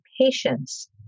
patients